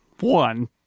One